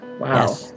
Wow